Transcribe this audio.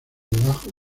debajo